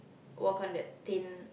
work on the thing